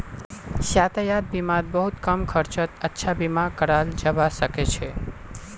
यातायात बीमात बहुत कम खर्चत अच्छा बीमा कराल जबा सके छै